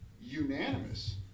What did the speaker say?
unanimous